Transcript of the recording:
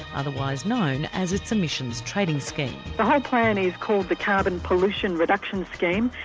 otherwise known as its emissions trading scheme. the whole plan is called the carbon pollution reduction scheme,